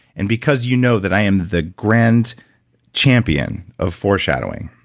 and because you know that i am the grand champion of foreshadowing,